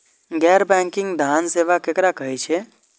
गैर बैंकिंग धान सेवा केकरा कहे छे?